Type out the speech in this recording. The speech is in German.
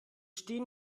stehen